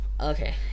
Okay